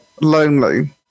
lonely